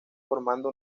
formando